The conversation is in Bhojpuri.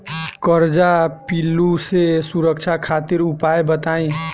कजरा पिल्लू से सुरक्षा खातिर उपाय बताई?